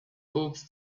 books